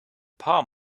palm